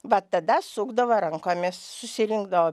vat tada sukdavo rankomis susirinkdavo